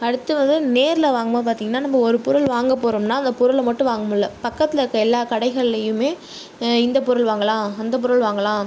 அடுத்து வந்து நேரில் வாங்கும் போது பார்த்தீங்கன்னா நம்ம ஒரு பொருள் வாங்க போகிறோம்னா அந்த பொருளை மட்டும் வாங்கமுடியலை பக்கத்தில் உள்ள எல்லா கடைகளிலுமே இந்த பொருள் வாங்கலாம் அந்த பொருள் வாங்கலாம்